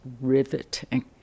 riveting